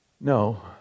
No